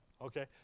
okay